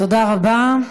תודה רבה.